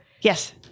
Yes